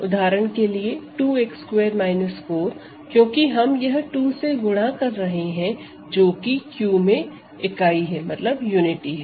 उदाहरण के लिए 2x2 4 क्योंकि हम यह 2 से गुणन कर रहे हैं कि जो कि Q में इकाई है